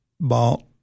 bought